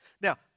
Now